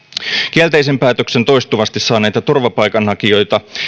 kielteisen päätöksen toistuvasti saaneita turvapaikanhakijoita